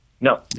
No